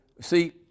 see